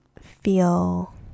feel